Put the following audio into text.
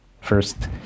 First